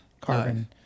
carbon